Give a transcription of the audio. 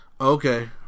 Okay